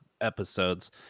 episodes